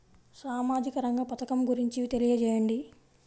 సామాజిక రంగ పథకం గురించి తెలియచేయండి?